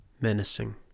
menacing